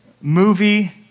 movie